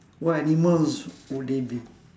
what animals would they be